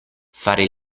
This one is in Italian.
fare